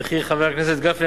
וכי חבר הכנסת גפני,